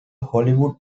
hollywood